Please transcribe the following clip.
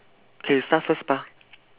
K you start first bah